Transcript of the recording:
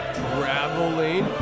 traveling